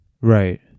Right